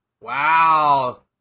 Wow